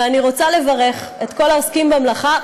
ואני רוצה לברך את כל העוסקים במלאכה: